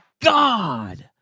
God